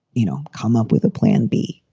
you know, come up with a plan b.